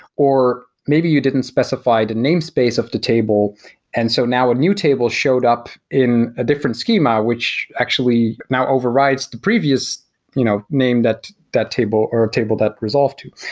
or maybe you didn't specify the namespace of the table and so now a new table showed up in a different schema, which actually now overrides the previous you know name that that table, or a table that resolved to.